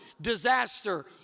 disaster